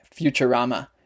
futurama